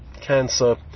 cancer